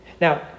Now